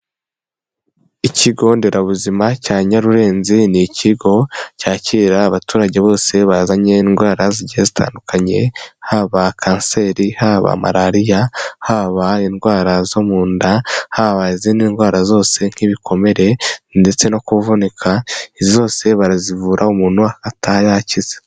Ikigo nderabuzima cya Nyarurenzi, ni ikigo cyakira abaturage bose bazanye indwara zigiye zitandukanye, haba kanseri, haba malariya, haba indwara zo mu nda, haba izindi ndwara zose nk'ibikomere ndetse no kuvunika, izi zose barazivura umuntu ataha yakize.